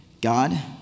God